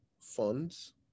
funds